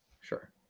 Sure